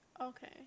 Okay